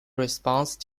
response